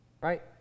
right